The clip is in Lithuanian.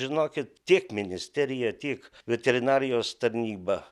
žinokit tiek ministerija tiek veterinarijos tarnyba